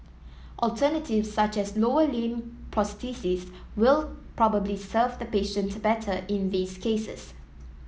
alternatives such as lower limb prosthesis will probably serve the patient better in these cases